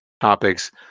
topics